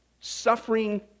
Suffering